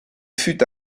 fut